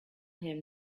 him